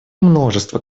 множество